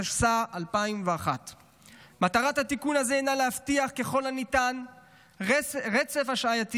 התשס"א 2001. מטרת התיקון הזה הינה להבטיח ככל הניתן רצף השעייתי